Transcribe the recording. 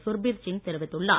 சுர்பீர் சிங் தெரிவித்துள்ளார்